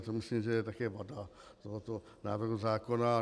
To myslím, že je také vada tohoto návrhu zákona.